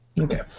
Okay